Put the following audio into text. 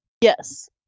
Yes